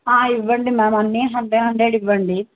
ఇవ్వండి మ్యామ్ అన్నీ hundred hundred ఇవ్వండి